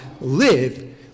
live